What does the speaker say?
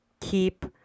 keep